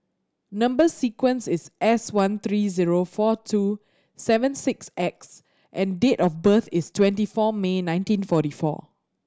number sequence is S one three zero four two seven six X and date of birth is twenty four May nineteen forty four